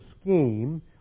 scheme